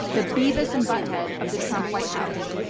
the beavis and butthead of the trump white house.